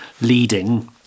leading